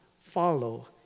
follow